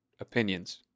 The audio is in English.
opinions